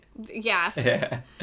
Yes